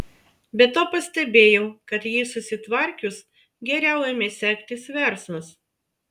be to pastebėjau kad jį susitvarkius geriau ėmė sektis verslas